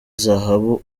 zahabu